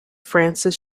francis